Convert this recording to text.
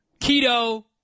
keto